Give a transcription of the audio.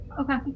Okay